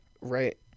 Right